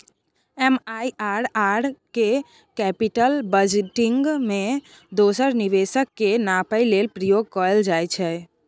MIRR केँ capital budgeting मे दोसर निबेश केँ नापय लेल प्रयोग कएल जाइत छै